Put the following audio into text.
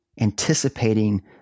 anticipating